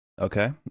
Okay